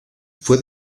fue